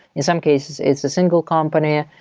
in some cases it's a single company.